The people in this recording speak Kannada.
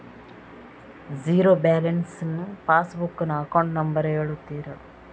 ಝೀರೋ ಬ್ಯಾಲೆನ್ಸ್ ಪಾಸ್ ಬುಕ್ ನ ಅಕೌಂಟ್ ನಂಬರ್ ಹೇಳುತ್ತೀರಾ?